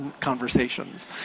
conversations